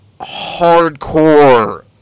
hardcore